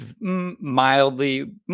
Mildly